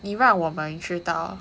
你让我们知道